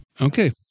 Okay